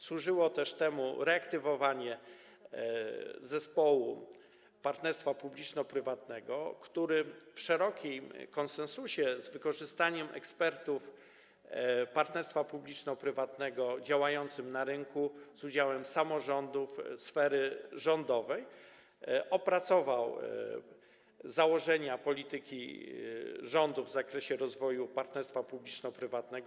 Służyło też temu reaktywowanie zespołu partnerstwa publiczno-prywatnego, który przy szerokim konsensusie, z wykorzystaniem ekspertów partnerstwa publiczno-prywatnego działających na rynku, z udziałem samorządów, sfery rządowej, opracował założenia polityki rządu w zakresie rozwoju partnerstwa publiczno-prywatnego.